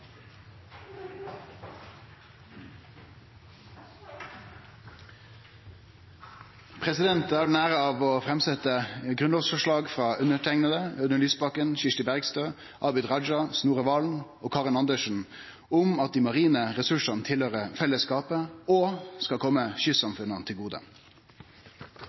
frå representantane Audun Lysbakken, Kirsti Bergstø, Abid Q. Raja, Helge Thorheim, Snorre Serigstad Valen, Karin Andersen og meg sjølv om ny § 111, om at dei marine ressursane høyrer fellesskapet til og skal kome kystsamfunna til gode.